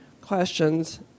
questions